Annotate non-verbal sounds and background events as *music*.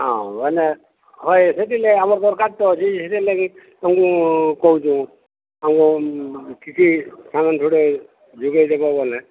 ହଁ ମାନେ ହଏ ଅଧ କିଲୋ ଆମର ଦରକାର ତ *unintelligible* ସେଥିଲାଗି ତୁ କହୁଛୁ ଆଉ କିଛି କ'ଣ ଯୋଡ଼େ ଯୋଗେଇ ଦେବ ବୋଲେ